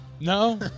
no